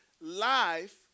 life